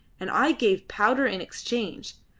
and i gave powder in exchange.